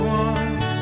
one